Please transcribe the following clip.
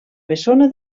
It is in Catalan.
bessona